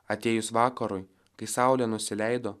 atėjus vakarui kai saulė nusileido